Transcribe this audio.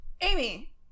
Amy